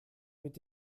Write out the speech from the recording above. mit